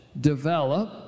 develop